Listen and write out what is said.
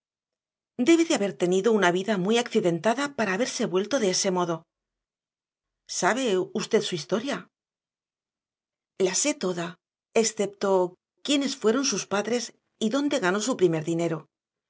debe de haber tenido una vida muy accidentada para haberse vuelto de ese modo sabe usted su historia la sé toda excepto quiénes fueron sus padres y dónde ganó su primer dinero